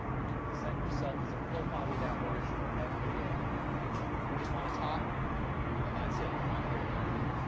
you can present yourself as a full-bodied apparition, or fba. we just wanna talk and that's it, we're not here to hurt you.